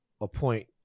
appoint